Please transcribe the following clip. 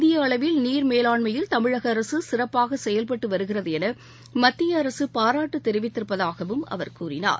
இந்திய அளவில் நீர் மேலாண்மையில் தமிழக அரசு சிறப்பாக செயல்பட்டு வருகிறது என மத்திய அரசு பாராட்டு தெரிவித்திருப்பதாகவும் அவர் கூறினார்